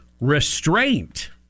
restraint